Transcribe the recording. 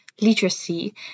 literacy